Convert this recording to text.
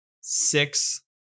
six